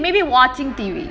okay maybe maybe watching T_V